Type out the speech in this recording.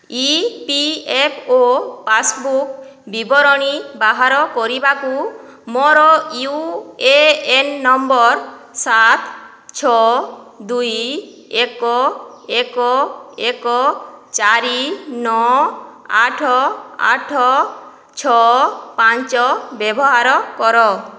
ଇ P F O passbook ବିବରଣୀ ବାହାର କରିବାକୁ ମୋର ୟୁ ଏ ଏନ ନମ୍ବର ସାତ ଛଅ ଦୁଇ ଏକ ଏକ ଏକ ଚାରି ନଅ ଆଠ ଆଠ ଛଅ ପାଞ୍ଚ ବ୍ୟବହାର କର